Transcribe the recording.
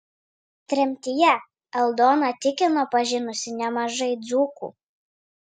tremtyje aldona tikino pažinusi nemažai dzūkų